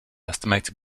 estimated